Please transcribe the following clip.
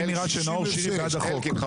לי נראה שנאור שירי בעד החוק.